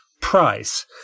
price